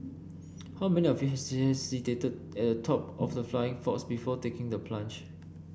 how many of you hesitated at the top of the flying fox before taking the plunge